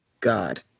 god